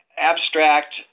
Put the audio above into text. abstract